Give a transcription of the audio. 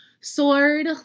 Sword